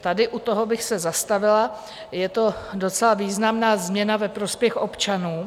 Tady u toho bych se zastavila, je to docela významná změna ve prospěch občanů.